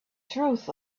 truth